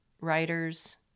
writers